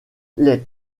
les